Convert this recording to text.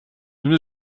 nous